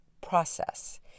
process